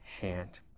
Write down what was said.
hand